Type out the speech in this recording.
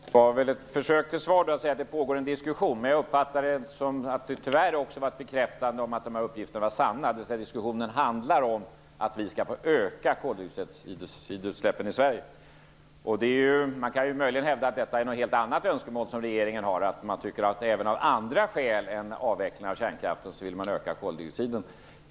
Fru talman! Det var väl ett försök till svar att säga att det pågår en diskussion. Men jag uppfattar det tyvärr som ett bekräftande av att uppgifterna är sanna, nämligen att diskussionerna handlar om att vi skall få öka koldioxidutsläppen i Sverige. Man kan ju möjligen hävda att detta är ett helt annat önskemål från regeringen, att man även av andra skäl än avvecklingen av kärnkraften vill höja gränsen för koldioxidutsläppen.